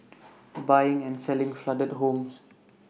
buying and selling flooded homes